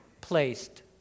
placed